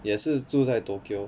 也是住在 tokyo